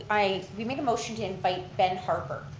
i made a motion to invite ben harper.